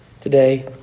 today